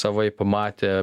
savaip pamatė